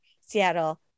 Seattle